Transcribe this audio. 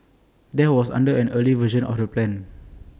that was under an earlier version of the plan